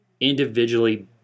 individually